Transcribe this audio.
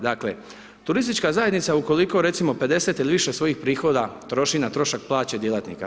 Dakle, turistička zajednica, ukoliko recimo 50 ili više svojih prihoda troši na trošak plaće svojih djelatnika.